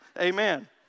Amen